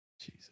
Jesus